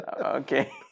Okay